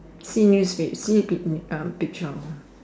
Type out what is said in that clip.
see newspa~ see pi~ uh picture